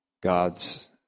God's